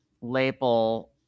label